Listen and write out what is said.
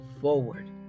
forward